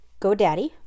GoDaddy